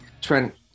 Trent